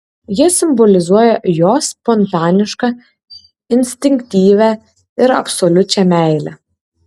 jie simbolizuoja jo spontanišką instinktyvią ir absoliučią meilę